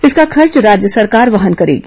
इसका खर्च राज्य सरकार वहन करेगी